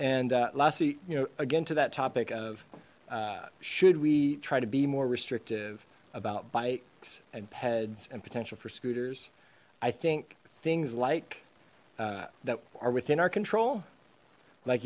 lastly you know again to that topic of should we try to be more restrictive about bikes and peds and potential for scooters i think things like that are within our control like